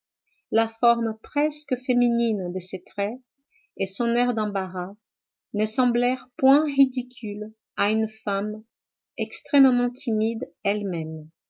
la forme presque féminine de ses traits et son air d'embarras ne semblèrent point ridicules à une femme extrêmement timide elle-même